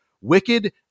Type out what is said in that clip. Wicked